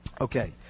Okay